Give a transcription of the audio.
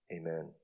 amen